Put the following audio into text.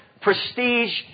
prestige